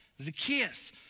Zacchaeus